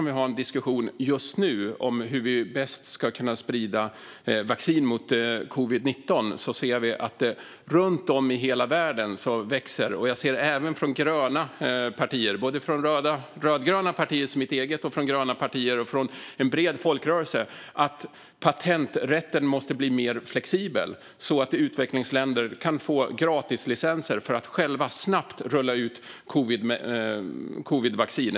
Vi har en diskussion just nu om hur vi bäst ska kunna sprida vaccin mot covid-19, och vi ser att det runt om i hela världen växer en rörelse - jag ser det även från rödgröna partier som mitt eget, från gröna partier och en bred folkrörelse - för att patenträtten måste bli mer flexibel så att utvecklingsländer kan få gratislicenser för att själva snabbt kunna rulla ut covidvaccinet.